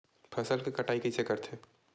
फसल के कटाई कइसे करथे?